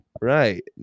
right